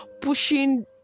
pushing